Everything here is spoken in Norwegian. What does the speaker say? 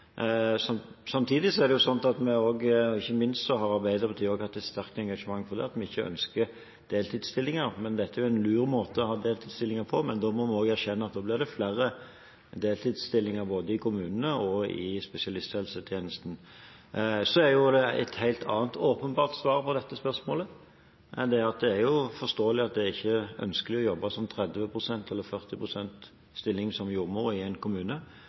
er det slik at vi – og ikke minst Arbeiderpartiet – har hatt et sterkt engasjement på at vi ikke ønsker deltidsstillinger. Dette er jo en lur måte å ha deltidsstillinger på, men da må vi også erkjenne at det blir flere deltidsstillinger både i kommunene og i spesialisthelsetjenesten. Så er det et helt annet åpenbart svar på dette spørsmålet: Det er forståelig at det ikke er ønskelig å jobbe i 30 pst. eller 40 pst. stilling som jordmor i en kommune,